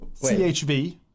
CHV